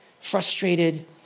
frustrated